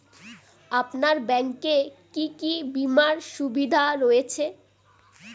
আপনার ব্যাংকে কি কি বিমার সুবিধা রয়েছে?